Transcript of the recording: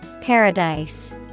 Paradise